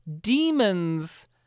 demons